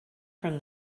from